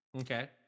okay